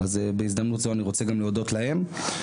בהזדמנות זו אני רוצה להודות להם.